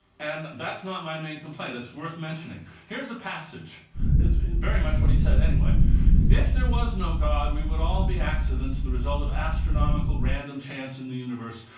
and that's not my main complaint, that's worth mentioning. here's a passage it's very much what he said, anyway if there was no god we would all be accidents, the result of astronomical random chance in the universe.